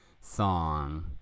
Song